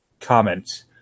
comment